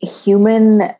human